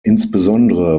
insbesondere